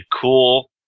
cool